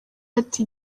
ati